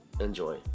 enjoy